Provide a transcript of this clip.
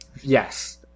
Yes